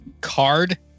card